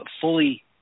fully